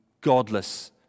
godless